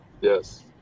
Yes